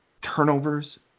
turnovers